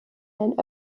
ein